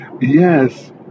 yes